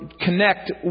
connect